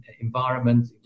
environment